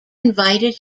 invited